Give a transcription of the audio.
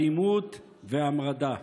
אלימות והמרדה.